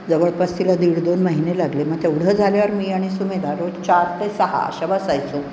जवळपास तिला दीड दोन महिने लागले मग तेवढं झाल्यावर मी आणि सुमेधा रोज चार ते सहा अशा बसायचो